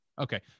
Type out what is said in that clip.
Okay